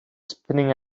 spinning